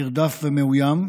נרדף ומאוים,